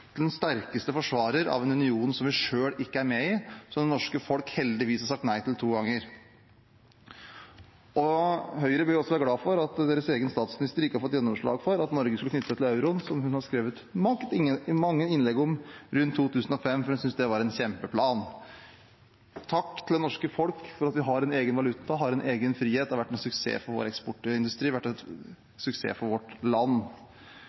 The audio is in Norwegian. den sterkeste forsvarer av en union som vi selv ikke er med i, som det norske folk heldigvis har sagt nei til to ganger. Høyre bør også være glad for at deres egen statsminister ikke har fått gjennomslag for at Norge skulle knytte seg til euroen, som hun skrev mange innlegg om rundt 2005, for hun syntes det var en kjempeplan. Takk til det norske folk for at vi har en egen valuta, har en egen frihet – det har vært en suksess for vår eksportindustri, vært en suksess for vårt land.